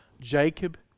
Jacob